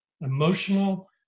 emotional